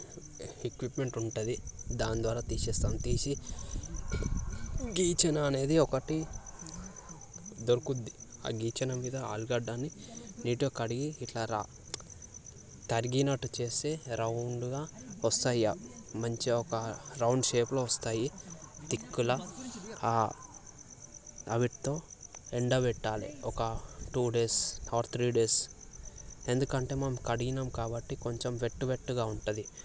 equipment ఉంటుంది దాని ద్వారా తీసేస్తాము తీసి గీచన అనేది ఒకటి దొరుకుద్ది ఆ గీచన మీద ఆలుగడ్డని నీట్గా కడిగి ఇట్లా తరిగినట్టు చేస్తే రౌండ్గా వస్తాయిగా మంచి ఒక రౌండ్ షేప్లో వస్తాయి తిక్కుగా వాటితో ఎండబెట్టాలి ఒక two days or three days ఎందుకంటే మేము అడిగినం కాబట్టి కొంచెం వెట్టు వెట్టుగా ఉంటుంది